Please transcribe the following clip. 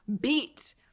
beat